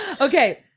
Okay